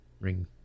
ring